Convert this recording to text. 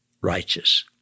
righteous